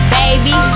baby